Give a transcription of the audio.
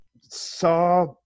saw